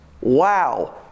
Wow